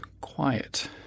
quiet